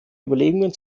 überlegungen